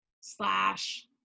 slash